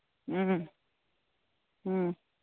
ꯎꯝ ꯎꯝ